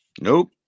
Nope